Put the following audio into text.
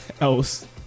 else